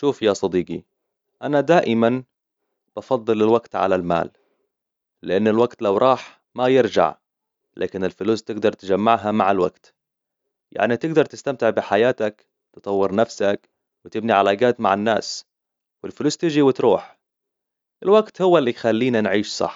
شوف يا صديقي أنا دائماً أفضل الوقت على المال لأن الوقت لو راح ما يرجع لكن الفلوس تقدر تجمعها مع الوقت يعني تقدر تستمتع بحياتك تطور نفسك وتبني علاقات مع الناس والفلوس تجي وتروح الوقت هو اللي يخلينا نعيش صح